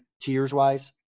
tiers-wise